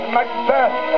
Macbeth